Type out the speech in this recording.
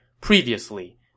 Previously